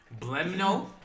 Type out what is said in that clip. Blemno